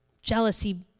Jealousy